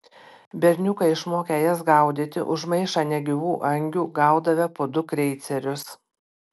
berniukai išmokę jas gaudyti už maišą negyvų angių gaudavę po du kreicerius